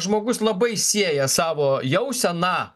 žmogus labai sieja savo jauseną